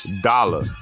Dollar